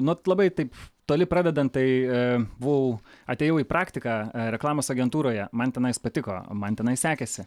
nu vat labai taip toli pradedant tai e buvau atėjau į praktiką e reklamos agentūroje man tenais patiko man tenai sekėsi